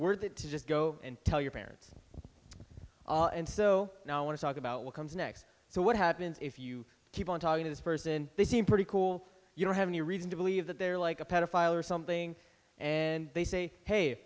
worth it to just go and tell your parents and so now i want to talk about what comes next so what happens if you keep on talking to this person they seem pretty cool you don't have any reason to believe that they're like a pedophile or something and they say hey